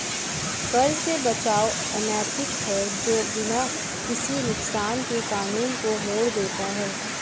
कर से बचाव अनैतिक है जो बिना किसी नुकसान के कानून को मोड़ देता है